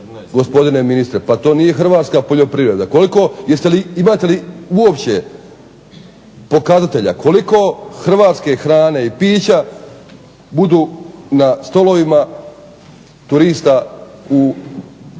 gospodine ministre, pa to nije hrvatska poljoprivreda. Koliko, jeste li, imate li uopće pokazatelja koliko hrvatske hrane i pića budu na stolovima turista